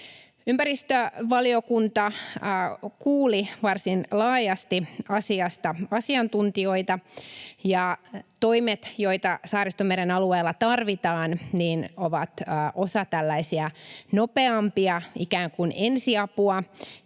Ympäristövaliokunta kuuli varsin laajasti asiasta asiantuntijoita, ja toimet, joita Saaristomeren alueella tarvitaan, ovat osa tällaista nopeampaa ikään kuin ensiapua,